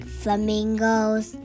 flamingos